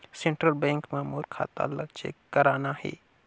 Central bank मां मोर खाता ला चेक करना हे?